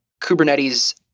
Kubernetes